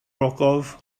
ogof